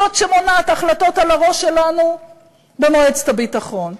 זאת שמונעת החלטות על הראש שלנו במועצת הביטחון,